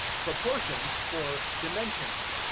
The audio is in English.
proportions for dimensions.